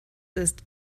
ist